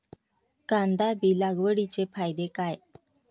कांदा बी लागवडीचे फायदे काय?